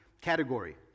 category